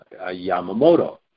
Yamamoto